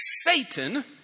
Satan